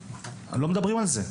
לא מדברים על זה.